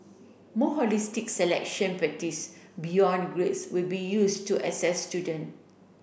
more holistic selection practice beyond grades will be used to assess student